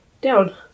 Down